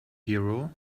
hero